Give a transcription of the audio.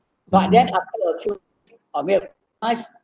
but then after a few few ask